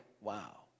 wow